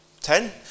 ten